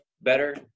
better